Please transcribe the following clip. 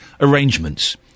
arrangements